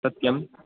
सत्यम्